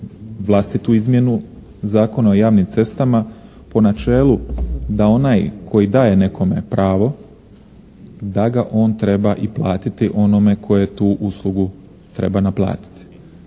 vlastitu izmjenu Zakona o javnim cestama po načelu da onaj koji daje nekome pravo da ga on treba i platiti onome tko je tu uslugu treba naplatiti.